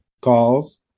calls